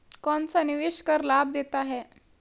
कौनसा निवेश कर लाभ देता है?